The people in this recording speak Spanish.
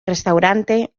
restaurante